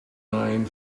nine